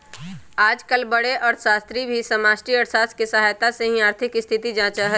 आजकल बडे अर्थशास्त्री भी समष्टि अर्थशास्त्र के सहायता से ही आर्थिक स्थिति जांचा हई